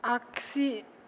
आगसि